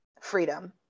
freedom